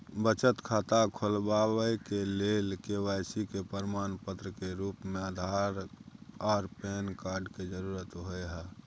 बचत खाता खोलाबय के लेल के.वाइ.सी के प्रमाण के रूप में आधार आर पैन कार्ड के जरुरत होय हय